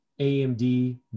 AMD